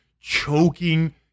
choking